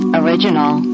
original